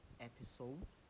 episodes